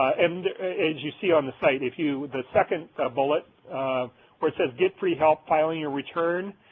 and as you see on the site if you the second bullet where it says get pre-help filing your return.